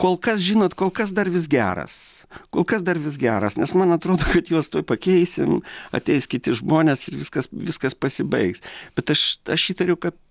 kol kas žinot kol kas dar vis geras kol kas dar vis geras nes man atrodo kad juos tuoj pakeisim ateis kiti žmonės ir viskas viskas pasibaigs bet aš aš įtariu kad